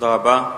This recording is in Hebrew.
תודה רבה.